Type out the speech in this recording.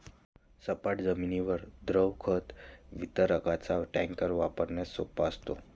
सपाट जमिनीवर द्रव खत वितरकाचा टँकर वापरण्यास सोपा असतो